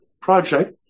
project